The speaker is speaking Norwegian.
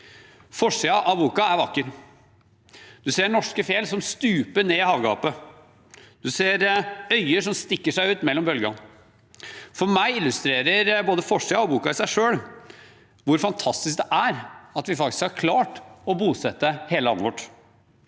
Forsiden av boken er vakker. Man ser norske fjell som stuper ned i havgapet, man ser øyer som stikker seg ut mellom bølgene. For meg illustrerer både forsiden og boken i seg selv hvor fantastisk det er at vi faktisk har klart å bosette hele landet vårt,